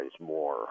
more